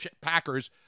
Packers